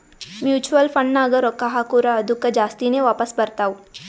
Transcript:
mutual ಫಂಡ್ನಾಗ್ ರೊಕ್ಕಾ ಹಾಕುರ್ ಅದ್ದುಕ ಜಾಸ್ತಿನೇ ವಾಪಾಸ್ ಬರ್ತಾವ್